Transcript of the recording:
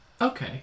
Okay